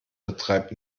betreibt